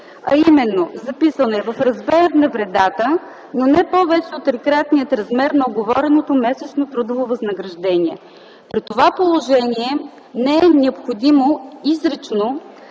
ал. 2. Записано е: „В размер на вредата, но не повече от трикратния размер на уговореното месечно трудово възнаграждение”. При това положение не е необходимо изрично